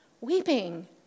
Weeping